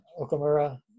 Okamura